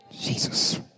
Jesus